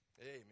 Amen